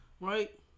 right